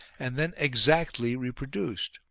and then exactly reproduced.